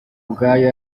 ubwayo